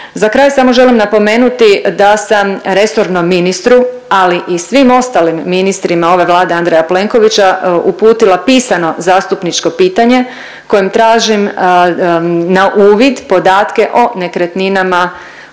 Za kraj samo želim napomenuti da sam resornom ministru, ali i svim ostalim ministrima ove Vlade Andreja Plenkovića uputila pisano zastupničko pitanje kojim tražim na uvid podatke o nekretninama